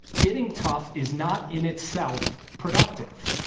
getting tough is not, in itself, productive.